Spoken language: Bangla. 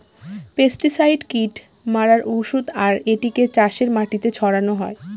পেস্টিসাইড কীট মারার ঔষধ আর এটিকে চাষের মাটিতে ছড়ানো হয়